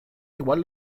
igual